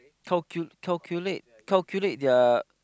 calcu~ calculate their